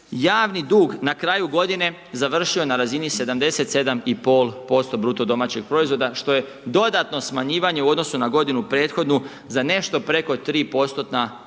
Javni dug na kraju godine završio je na razini 77,5% BDP-a što je dodatno smanjivanje u odnosu na godinu prethodnu za nešto preko 3%-tna boda